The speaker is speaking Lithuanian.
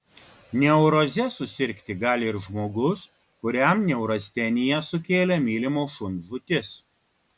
neuroze susirgti gali ir žmogus kuriam neurasteniją sukėlė mylimo šuns žūtis